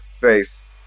face